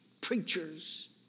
preachers